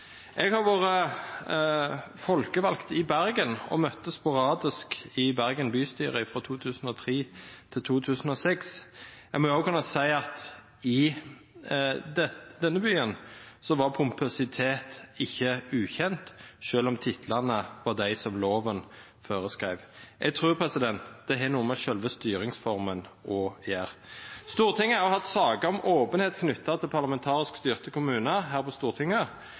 Jeg har vært folkevalgt i Bergen og møtte sporadisk i Bergen bystyre, fra 2003 til 2006. I denne byen var pompøsitet ikke ukjent, selv om titlene var de som loven foreskrev. Jeg tror det har noe med selve styringsformen å gjøre. Stortinget har hatt saker om åpenhet knyttet til parlamentarisk styrte kommuner, og hemmeligholdet vant. Sånn sett mener jeg kanskje det er verdt å si at diskusjon om titler er mer et symptom på